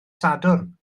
sadwrn